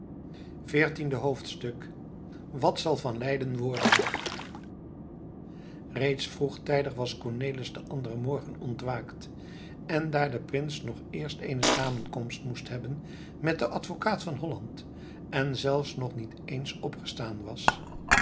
veertiende hoofdstuk wat zal van leiden worden reeds vroegtijdig was cornelis den anderen morgen ontwaakt en daar de prins nog eerst eene samenkomst moest hebben met den advokaat van holland en zelfs nog niet eens opgestaan was